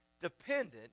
dependent